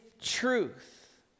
truth